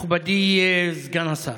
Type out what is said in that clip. מכובדי סגן השר,